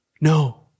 no